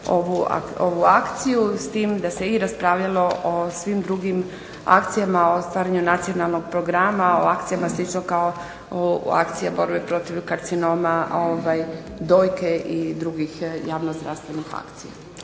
ovu akcijsku s tim da se raspravljalo i o svim drugim akcijama o stvaranju nacionalnog programa o akcijama slično akciji borbe protiv karcinoma dojke i drugih javno zdravstvenih akcija.